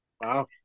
Wow